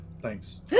Thanks